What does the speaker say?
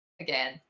again